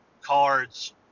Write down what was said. cards